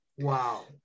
Wow